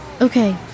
Okay